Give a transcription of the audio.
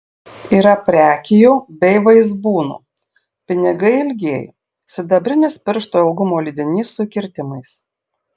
yra prekijų bei vaizbūnų pinigai ilgieji sidabrinis piršto ilgumo lydinys su įkirtimais